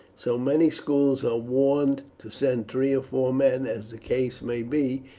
so many schools are warned to send three or four men, as the case may be,